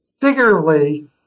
figuratively